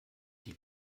die